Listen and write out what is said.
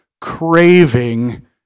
craving